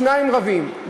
שניים רבים,